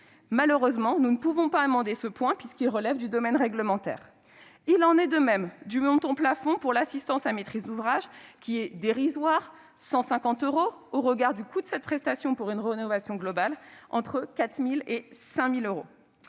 malheureusement, nous n'avons pas pu amender ce point, puisque celui-ci relève du domaine réglementaire. Il en va de même pour le plafond de l'assistance à maîtrise d'ouvrage, qui est dérisoire- 150 euros -au regard du coût de cette prestation pour une rénovation globale- entre 4 000 et 5 000 euros.